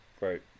Right